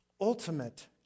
ultimate